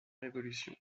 révolution